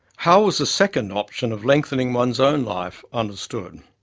how was the second option of lengthening one's own life understood?